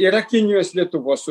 yra kinijos lietuvos